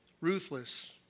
ruthless